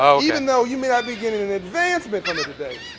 ah even though you may not be getting an advancement from it today,